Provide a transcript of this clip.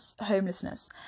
homelessness